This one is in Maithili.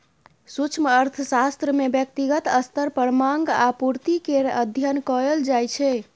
सूक्ष्म अर्थशास्त्र मे ब्यक्तिगत स्तर पर माँग आ पुर्ति केर अध्ययन कएल जाइ छै